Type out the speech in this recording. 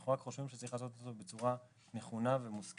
אנחנו רק חושבים שצריך לעשות את זה בצורה נכונה ומושכלת,